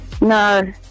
no